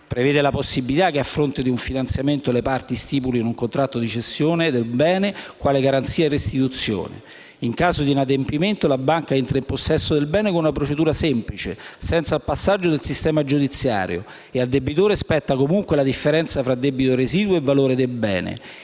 prevede la possibilità che, a fronte di un finanziamento, le parti stipulino un contratto di cessione di un bene quale garanzia della restituzione. In caso di inadempimento del debitore, la banca entra in possesso del bene con una procedura molto semplice, senza il passaggio per il sistema giudiziario; al debitore spetta comunque la differenza tra debito residuo e il valore del bene,